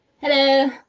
Hello